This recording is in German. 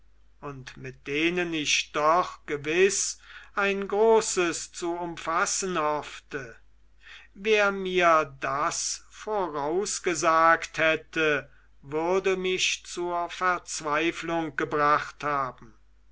und mit denen ich doch gewiß ein großes zu umfassen hoffte wer mir das vorausgesagt hätte würde mich zur verzweiflung gebracht haben